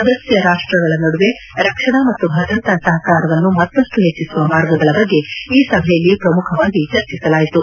ಸದಸ್ಯ ರಾಷ್ಟ್ರಗಳ ನದುವೆ ರಕ್ಷಣಾ ಮತ್ತು ಭದ್ರತಾ ಸಹಕಾರವನ್ನು ಮತ್ತಷ್ಟು ಹೆಚ್ಚಿಸುವ ಮಾರ್ಗಗಳ ಬಗ್ಗೆ ಈ ಸಭೆಯಲ್ಲಿ ಪ್ರಮುಖವಾಗಿ ಚರ್ಚೆಸಲಾಯಿತು